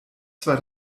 zwei